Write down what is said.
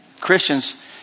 Christians